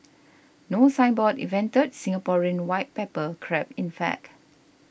No Signboard invented Singaporean white pepper crab in fact